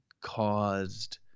caused